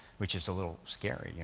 which is a little scary.